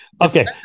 okay